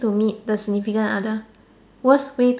to meet the significant other